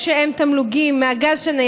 כל כך רחוק היום שנראה איזשהם תמלוגים מהגז שנייצא,